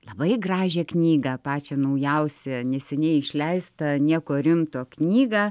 labai gražią knygą pačią naujausią neseniai išleistą nieko rimto knygą